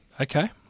Okay